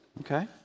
Okay